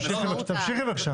תמשיכי בבקשה.